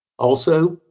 also,